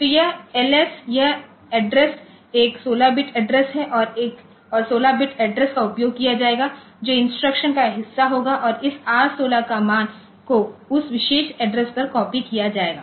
तो यह एलएस यह एड्रेस एक 16 बिट एड्रेस है और 16 बिट एड्रेस का उपयोग किया जाएगा जो इंस्ट्रक्शन का हिस्सा होगा और इस R16 का मान को उस विशेष एड्रेसAddress पर कॉपी किया जाएगा